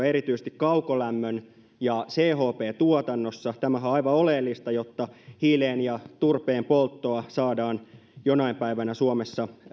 ratkaisuja erityisesti kaukolämpö ja chp tuotannossa tämähän on aivan oleellista jotta hiilen ja turpeen poltto saadaan jonain päivänä suomessa